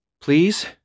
Please